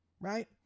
right